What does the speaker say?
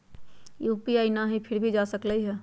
UPI न हई फिर भी जा सकलई ह?